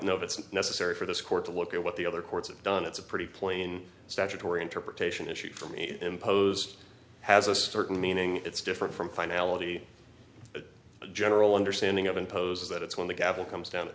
know if it's necessary for this court to look at what the other courts have done it's a pretty plain statutory interpretation issue for me impose has a certain meaning it's different from finality a general understanding of imposes that it's when the gavel comes down